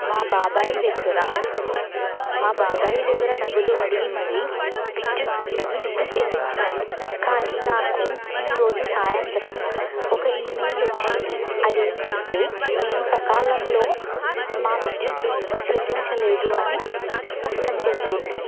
మా బాబాయి దగ్గర మా బాబాయి దగ్గర నగదు అడిగి మరి విద్యుత్ బిల్లును నేను చెల్లించాను కానీ నాకు ఈరోజు సాయంత్రం ఒక ఈమెయిల్ వచ్చింది అదేంటంటే నేను సకాలంలో మా విద్యుత్ బిల్లును చెల్లించలేదు అని స్పష్టం చేస్తుంది